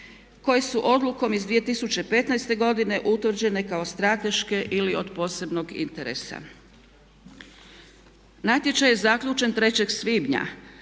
koje su odlukom iz 2015.godine utvrđene kao strateške ili od posebnog interesa. Natječaj je zaključen 3.svibnja